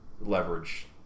leverage